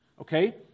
Okay